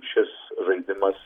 šis žaidimas